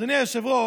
אדוני היושב-ראש,